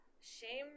shame